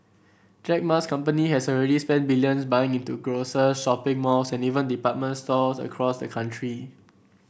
Jack Ma's company has already spent billions buying into grocers shopping malls and even department stores across the country